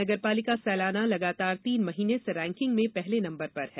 नगरपालिका सैलाना लगातार तीन माह से रैकिंग में पहले नंबर पर है